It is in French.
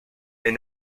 est